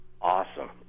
Awesome